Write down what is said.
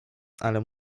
ale